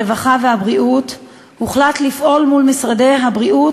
הרווחה והבריאות הוחלט לפעול מול משרדי הבריאות,